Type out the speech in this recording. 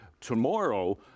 Tomorrow